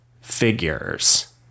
figures